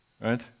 right